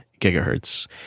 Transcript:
gigahertz